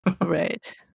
Right